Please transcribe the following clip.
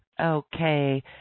Okay